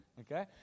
okay